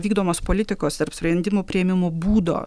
vykdomos politikos tarp sprendimų priėmimo būdo